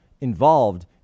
involved